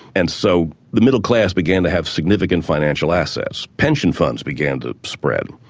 and so the middle class began to have significant financial assets. pension funds began to spread,